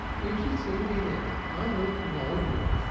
you should see me in it. i look noble.